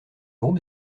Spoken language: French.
groupe